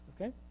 okay